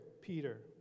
Peter